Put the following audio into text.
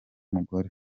mugore